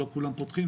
לא כולם פותחים.